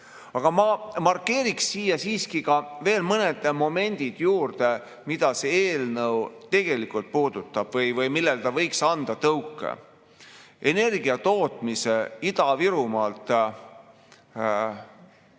Aga ma markeerin siiski veel ära mõned momendid, mida see eelnõu tegelikult puudutab või millele ta võiks anda tõuke. Energiatootmise Ida-Virumaalt,